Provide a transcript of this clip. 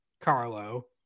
Carlo